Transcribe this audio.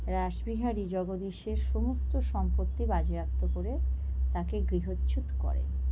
রাসবিহারী জগদীশের সমস্ত সম্পত্তি বাজেয়াপ্ত করে তাকে গৃহচ্যুত করেন